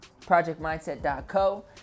ProjectMindset.Co